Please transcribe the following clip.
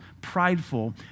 prideful